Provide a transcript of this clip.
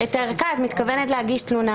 אני אציע תכף פתרון.